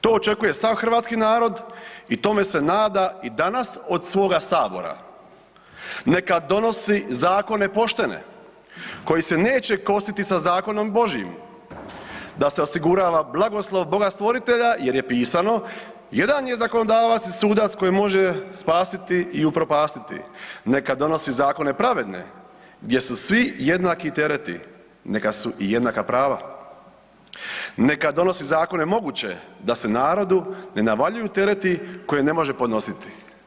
To očekuje sav hrvatski narod i tome se nada i danas od svoga sabora neka donosi zakone poštene koji se neće kositi sa zakonom božjim, da se osigurava blagoslov Boga stvoritelja jer je pisano jedan je zakonodavac i sudac koji može spasiti i upropastiti, neka donosi zakone pravedne gdje su svi jednaki tereti, neka su i jednaka prava, neka donosi zakone moguće da se narodu ne navaljuju tereti koje ne može podnositi.